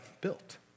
built